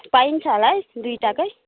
पाइन्छ होला है दुइटाकै